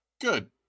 Good